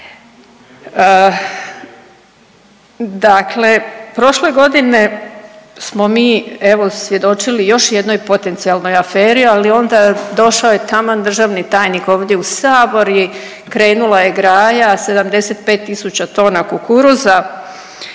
Dakle prošle godine smo mi evo svjedočili još jednoj potencijalnoj aferi, ali onda došao je taman državni tajnik ovdje u sabor i krenula je graja, 75 tisuća tona kukuruza